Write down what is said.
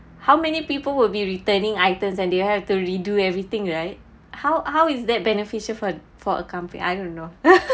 how many people will be returning items and they have to redo everything right how how is that beneficial for for a company I don't know